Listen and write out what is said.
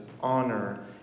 honor